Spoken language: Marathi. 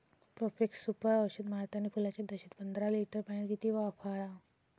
प्रोफेक्ससुपर औषध मारतानी फुलाच्या दशेत पंदरा लिटर पाण्यात किती फवाराव?